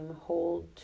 hold